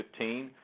2015